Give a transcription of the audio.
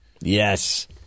Yes